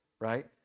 right